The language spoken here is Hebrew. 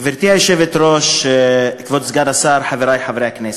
גברתי היושבת-ראש, כבוד סגן השר, חברי חברי הכנסת,